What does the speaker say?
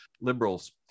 liberals